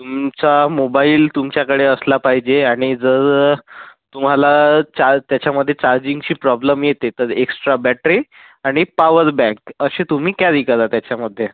तुमचा मोबाइल तुमच्याकडे असला पाहिजे आणि जर तुम्हाला चार त्याच्यामदे चार्जिंगची प्रॉब्लेम येते तर एक्स्ट्रा बॅटरी आणि पॉवरबँक असे तुम्ही कॅरी करा त्याच्यामध्ये